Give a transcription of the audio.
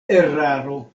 eraro